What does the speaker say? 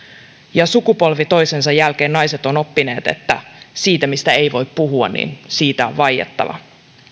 sukupolvi toisensa jälkeen naiset ovat oppineet että siitä mistä ei voi puhua on vaiettava